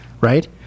right